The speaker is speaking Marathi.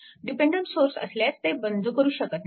डिपेन्डन्ट सोर्स असल्यास ते बंद करू शकत नाही